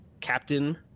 captain